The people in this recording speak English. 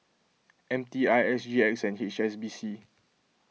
M T I S G X and H S B C